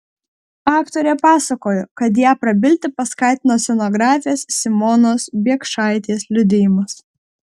aktorė pasakojo kad ją prabilti paskatino scenografės simonos biekšaitės liudijimas